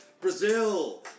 Brazil